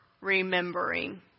remembering